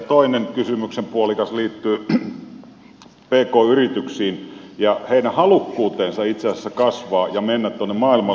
toinen kysymyksen puolikas liittyy pk yrityksiin niiden halukkuuteen itse asiassa kasvaa ja mennä maailmalle